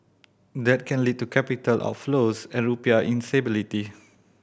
that can lead to capital outflows and rupiah instability